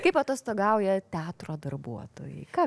kaip atostogauja teatro darbuotojai ką